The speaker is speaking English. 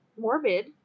morbid